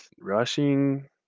rushing